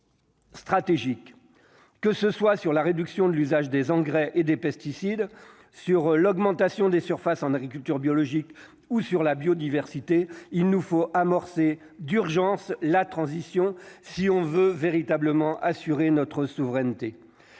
Stratégique, que ce soit sur la réduction de l'usage des engrais et des pesticides sur l'augmentation des surfaces en agriculture biologique ou sur la biodiversité, il nous faut amorcer d'urgence la transition si on veut véritablement assurer notre souveraineté